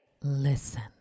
Listen